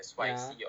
ya